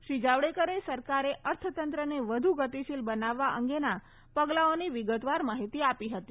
શ્રી જાવડેકરે સરકારે અર્થતંત્રને વધુ ગતીશીલ બનાવવા અંગેના પગલાઓની વિગતવાર માહિતી આપી હતી